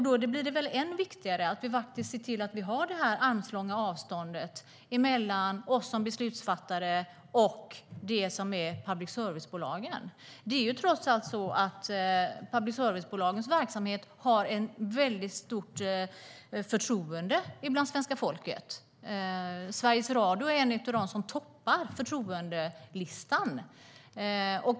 Då blir det än viktigare att se till att ha det armslånga avståndet mellan oss som beslutsfattare och det som är public service-bolagen. Public service-bolagens verksamhet har ett stort förtroende bland svenska folket. Sveriges Radio toppar förtroendelistan.